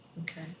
Okay